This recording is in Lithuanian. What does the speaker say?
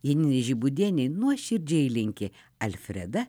janinai žibūdienei nuoširdžiai linki alfreda